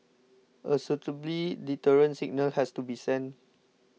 a suitably deterrent signal has to be sent